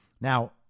Now